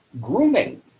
grooming